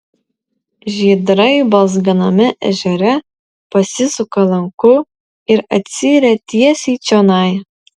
žydrai balzganame ežere pasisuka lanku ir atsiiria tiesiai čionai